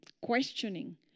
questioning